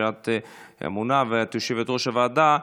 שאת אמונה עליה ואת יושבת-ראש הוועדה,